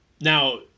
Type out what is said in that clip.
Now